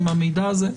עם המידע הזה?